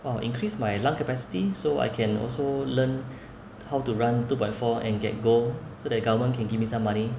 !wow! increase my lung capacity so I can also learn how to run two point four and get gold so the government can give me some money